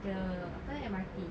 the apa eh M_R_T